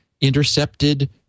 intercepted